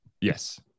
Yes